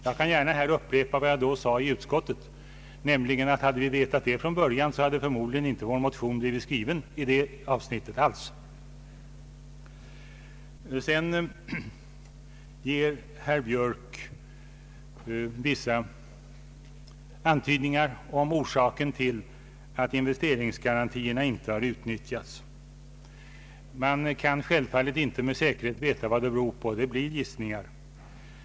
Jag kan gärna här upprepa vad jag då sade i utskottet, nämligen att om vi vetat det från början, hade vår motion i det avsnittet förmodligen inte blivit skriven. Herr Björk ger vissa antydningar om orsaken till att investeringsgarantierna inte har utnyttjats. Man kan dock inte med säkerhet veta vad det beror på, det blir gissningar.